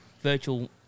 virtual